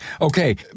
Okay